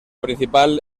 principal